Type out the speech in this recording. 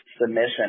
submission